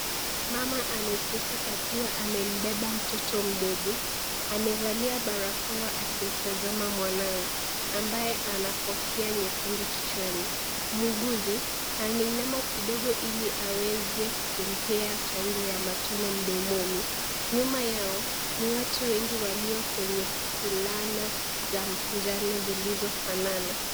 Mama ameketi akiwa amembeba mtoto mdogo. Amevalia barakoa akimtazama mwanawe, ambaye ana kofia nyekundu kichwani. Mhuguzi ameinama kidogo Ili aweze kumpea chanjo ya matone mdomoni. Nyuma Yao, ni watu wengi walio kwenye fulana za njano zilizofanana.